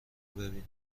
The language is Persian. ببینم